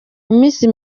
iminsi